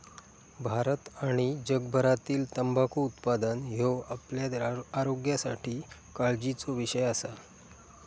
भारत आणि जगभरातील तंबाखू उत्पादन ह्यो आपल्या आरोग्यासाठी काळजीचो विषय असा